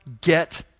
get